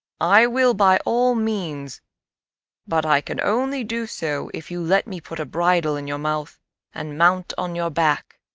i will by all means but i can only do so if you let me put a bridle in your mouth and mount on your back.